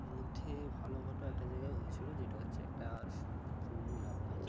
মধ্যে ভালো ফোটো একটা জায়গায় হয়েছিল যেটা হচ্ছে একটা পুরনো ডাব গাছ